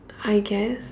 I guess